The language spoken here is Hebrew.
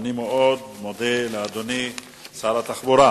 שר התחבורה